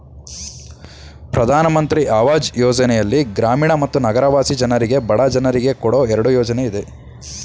ಪ್ರಧಾನ್ ಮಂತ್ರಿ ಅವಾಜ್ ಯೋಜನೆಯಲ್ಲಿ ಗ್ರಾಮೀಣ ಮತ್ತು ನಗರವಾಸಿ ಜನರಿಗೆ ಬಡ ಜನರಿಗೆ ಕೊಡೋ ಎರಡು ಯೋಜನೆ ಇದೆ